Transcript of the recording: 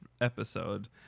episode